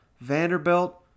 Vanderbilt